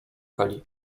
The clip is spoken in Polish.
kali